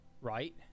right